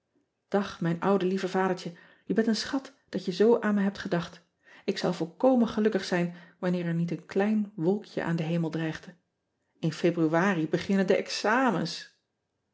ag mijn oude lieve adertje e bent een schat dat je zoo aan me hebt gedacht k zou volkomen gelukkig zijn wanneer er niet een klein wolkje aan den hemel dreigde in ebruari beginnen de examens